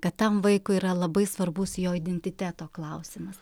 kad tam vaikui yra labai svarbus jo identiteto klausimas